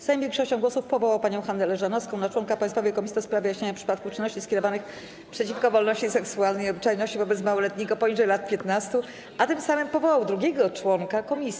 Sejm większością głosów powołał panią Hannę Elżanowską na członka Państwowej Komisji do spraw wyjaśniania przypadków czynności skierowanych przeciwko wolności seksualnej i obyczajności wobec małoletniego poniżej lat 15, a tym samym powołał drugiego członka komisji.